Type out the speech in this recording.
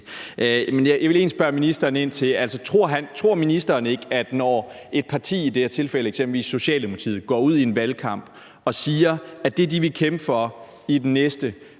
egentlig spørge ministeren: Tror ministeren ikke, at når et parti, i det her tilfælde Socialdemokratiet, går ud i en valgkamp og siger, at det, de vil kæmpe for i den næste